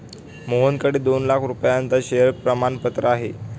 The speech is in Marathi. मोहनकडे दोन लाख रुपयांचे शेअर प्रमाणपत्र आहे